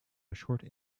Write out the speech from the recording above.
short